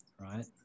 Right